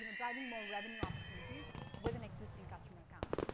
you know driving more revenue opportunities with an existing customer account.